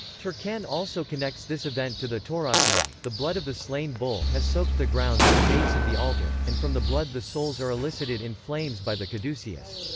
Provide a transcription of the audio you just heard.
turcan also connects this event to the tauroctony the blood of the slain bull has soaked the ground at the base of the altar, and from the blood the souls are elicited in flames by the caduceus.